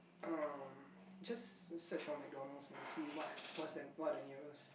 um just search for McDonalds then see what what's the what are the nearest